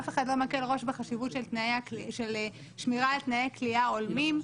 אף אחד לא מקל ראש בחשיבות של שמירה על תנאי כליאה הולמים.